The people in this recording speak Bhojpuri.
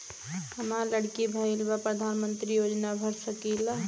हमार लड़की भईल बा प्रधानमंत्री योजना भर सकीला?